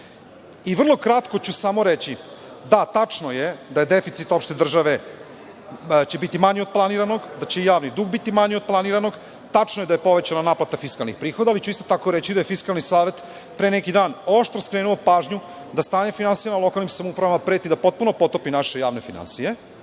Vrlo kratko ću samo reći, da, tačno je da će deficit opšte države biti manji od planiranog, da će i javni dug biti manji od planiranog. Tačno je da je povećana naplata fiskalnih prihoda, ali ću isto tako reći da je Fiskalni savet pre neki dan oštro skrenuo pažnju da stanje finansija u lokalnim samoupravama preti da potpuno potopi naše javne finansije.